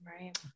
Right